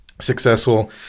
successful